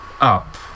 up